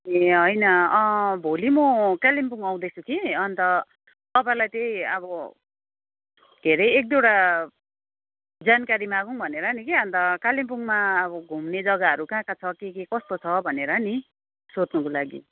ए अँ होइन भोलि म कालिम्पोङ आउँदैछु कि अन्त तपाईँलाई त्यही अब के अरे एक दुईवटा जानकारी मागौँ भनेर नि कि अन्त कालिम्पोङमा अब घुम्ने जग्गाहरू कहाँ कहाँ छ के के कस्तो छ भनेर नि सोध्नुको लागि